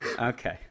Okay